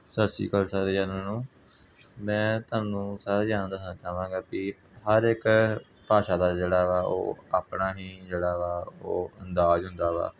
ਸਤਿ ਸ਼੍ਰੀ ਅਕਾਲ ਸਾਰੇ ਜਣਿਆਂ ਨੂੰ ਮੈਂ ਤੁਹਾਨੂੰ ਸਾਰਿਆਂ ਜਣਿਆਂ ਦਾ ਚਾਹਾਂਗਾ ਵੀ ਹਰ ਇੱਕ ਭਾਸ਼ਾ ਦਾ ਜਿਹੜਾ ਵਾ ਉਹ ਆਪਣਾ ਹੀ ਜਿਹੜਾ ਵਾ ਉਹ ਅੰਦਾਜ਼ ਹੁੰਦਾ ਵਾ